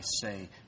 say